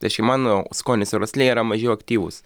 reiškia mano skonis ir uoslė yra mažiau aktyvūs